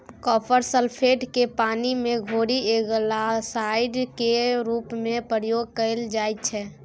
copper sulphate केँ पानि मे घोरि एल्गासाइड केर रुप मे प्रयोग कएल जाइत छै